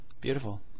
Beautiful